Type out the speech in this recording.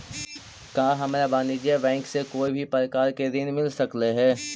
का हमरा वाणिज्य बैंक से कोई भी प्रकार के ऋण मिल सकलई हे?